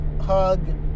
hug